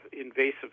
invasive